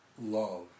love